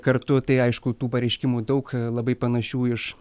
kartu tai aišku tų pareiškimų daug labai panašių iš